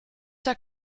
der